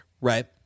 right